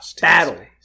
Battle